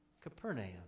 Capernaum